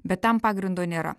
bet tam pagrindo nėra